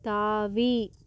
தாவி